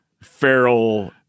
feral